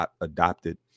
adopted